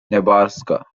nebraska